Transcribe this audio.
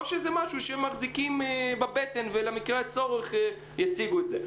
או שזה משהו שהם מחזיקים בבטן ולמקרה הצורך יציגו את זה.